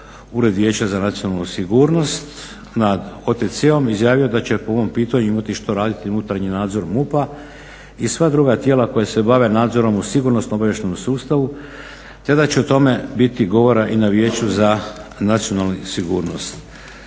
Ured vijeća za nacionalnu sigurnost nad OTC-om izjavio da će po ovom pitanju imati što raditi unutarnji nadzor MUP-a i sva druga tijela koja se bave nadzorom u sigurnosno obavještajnom sustavu, te da će o tome biti govora i na Vijeću za nacionalnu sigurnost.